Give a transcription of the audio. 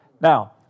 Now